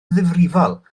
ddifrifol